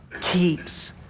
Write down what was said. keeps